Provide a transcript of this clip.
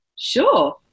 sure